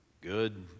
good